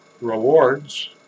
rewards